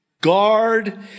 Guard